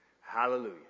hallelujah